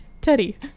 teddy